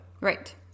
Right